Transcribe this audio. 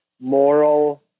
moral